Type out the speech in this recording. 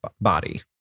body